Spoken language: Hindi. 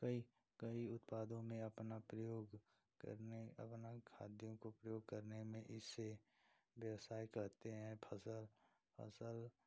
कई कई उत्पादों में अपना प्रयोग करने में अपना खाद्यों को प्रयोग करने में इसे व्यवसाय कहते हैं फसल फसल